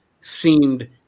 seemed –